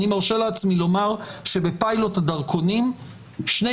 אני מרשה לעצמי לומר שבפיילוט הדרכונים שני